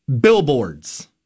billboards